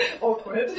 awkward